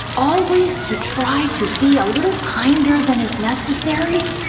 always to try to be a little kinder than is necessary